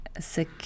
sick